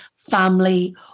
family